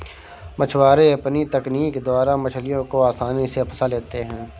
मछुआरे अपनी तकनीक द्वारा मछलियों को आसानी से फंसा लेते हैं